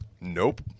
Nope